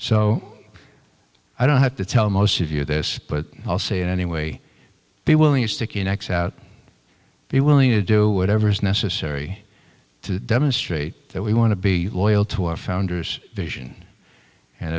so i don't have to tell most of you this but i'll say it anyway be willing to stick you next out be willing to do whatever's necessary to demonstrate that we want to be loyal to our founders vision and